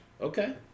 Okay